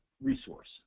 resource